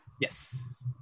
Yes